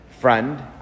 Friend